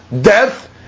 death